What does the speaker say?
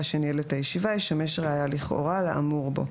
שניהל את הישיבה ישמש ראיה לכאורה לאמור בו.